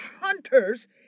hunters